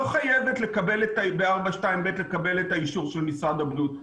חייבת ב-4.2ב לקבל את האישור של משרד הבריאות.